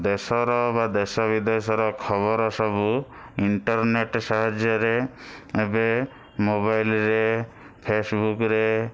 ଦେଶର ବା ଦେଶ ବିଦେଶର ଖବର ସବୁ ଇଣ୍ଟର୍ନେଟ୍ ସାହାଯ୍ୟରେ ଏବେ ମୋବାଇଲ୍ରେ ଫେସବୁକ୍ରେ